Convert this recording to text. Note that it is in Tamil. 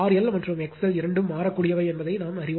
எல் மற்றும் எக்ஸ்எல் இரண்டும் மாறக்கூடியவை என்பதை நாம் அறிவோம்